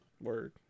Word